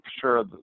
sure